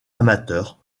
amateur